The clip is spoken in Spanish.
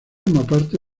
parte